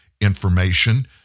information